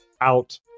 out